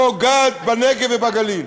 פוגעת בנגב ובגליל.